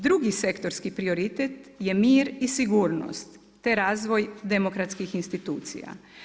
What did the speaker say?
Drugi sektorski prioritet je mir i sigurnost, te razvoj demokratskih institucija.